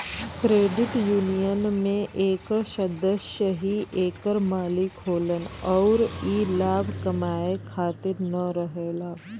credit union में एकर सदस्य ही एकर मालिक होलन अउर ई लाभ कमाए खातिर न रहेला